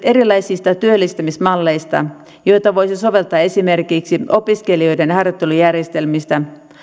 erilaisista työllistämismalleista joita voisi soveltaa esimerkiksi opiskelijoiden harjoittelujärjestelmistä